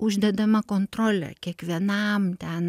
uždedama kontrolė kiekvienam ten